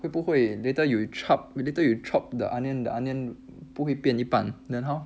会不会 later you chop later you chop the onion the onion 不会变一半 then how